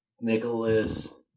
Nicholas